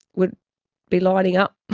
would be lining up.